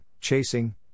chasing